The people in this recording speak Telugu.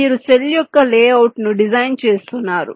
మీరు సెల్ యొక్క లేఅవుట్ను డిజైన్ చేస్తున్నారు